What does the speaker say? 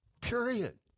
period